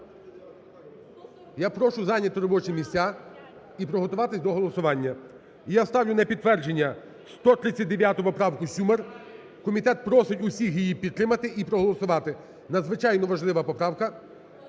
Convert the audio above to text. Я прошу зайняти робочі місця і приготуватися до голосування. І я ставлю на підтвердження 137-у поправку Сюмар. Комітет просить усіх її підтримати і проголосувати. Надзвичайно важлива поправка.